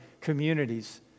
communities